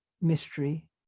mystery